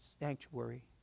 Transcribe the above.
sanctuary